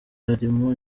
arimo